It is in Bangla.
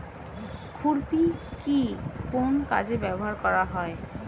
খুরপি কি কোন কাজে ব্যবহার করা হয়?